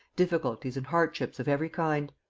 difficulties and hardships of every kind.